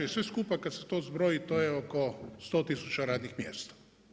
I sve skupa kad se to zbroji, to je oko 100000 radnih mjesta.